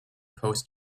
post